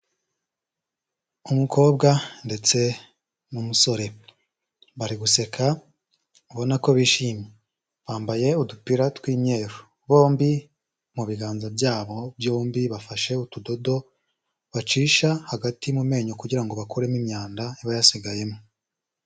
Umukobwa ndetse n'umusore, bari guseka ubona ko bishimye, bambaye udupira tw'imyeru, bombi mu biganza byabo byombi bafashe utudodo bacisha hagati mu menyo kugira ngo bakuremo imyanda iba yasigayemo.